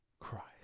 Christ